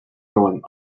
going